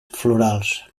florals